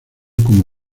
como